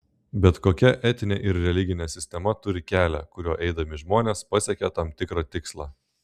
bet kokia etinė ir religinė sistema turi kelią kuriuo eidami žmonės pasiekia tam tikrą tikslą